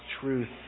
truth